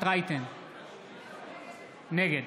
נגד